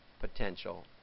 potential